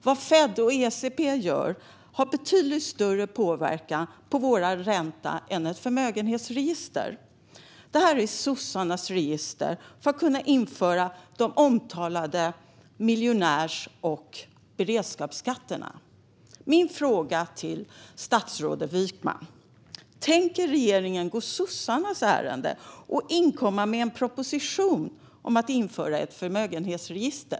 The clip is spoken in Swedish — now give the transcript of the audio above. Vad FED och ECB gör har betydligt större påverkan på vår ränta än ett förmögenhetsregister. Det här är sossarnas register för att kunna införa de omtalade miljonärs och beredskapsskatterna. Min fråga till statsrådet Wykman är: Tänker regeringen gå sossarnas ärende och inkomma med en proposition om att införa ett förmögenhetsregister?